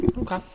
Okay